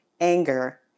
anger